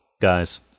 guys